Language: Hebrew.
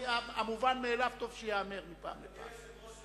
המובן מאליו טוב שייאמר מפעם לפעם.